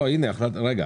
לא, הנה, רגע.